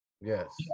Yes